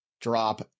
Drop